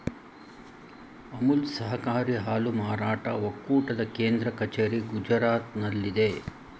ಅಮುಲ್ ಸಹಕಾರಿ ಹಾಲು ಮಾರಾಟ ಒಕ್ಕೂಟದ ಕೇಂದ್ರ ಕಚೇರಿ ಗುಜರಾತ್ನಲ್ಲಿದೆ